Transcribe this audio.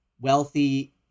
wealthy